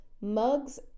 mugs